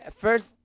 first